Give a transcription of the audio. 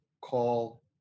call